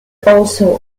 also